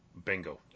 Bingo